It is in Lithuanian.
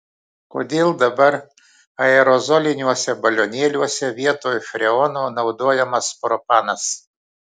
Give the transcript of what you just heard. kodėl dabar aerozoliniuose balionėliuose vietoj freono naudojamas propanas